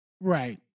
Right